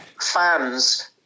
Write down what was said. fans